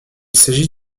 s’agit